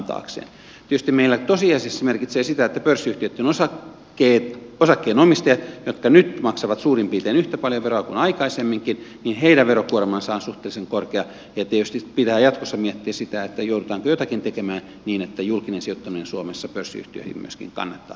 tietysti meillä tosiasiassa se merkitsee sitä että pörssiyhtiöitten osakkeenomistajien jotka nyt maksavat suurin piirtein yhtä paljon veroa kuin aikaisemminkin verokuorma on suhteellisen korkea ja tietysti pitää jatkossa miettiä sitä joudutaanko jotakin tekemään niin että julkinen sijoittaminen suomessa pörssiyhtiöihin myöskin kannattaa